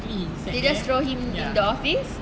they just throw him in the office